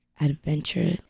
adventure